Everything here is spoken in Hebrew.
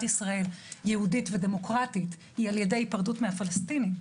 ישראל יהודית ודמוקרטית היא על ידי היפרדות מהפלסטינים,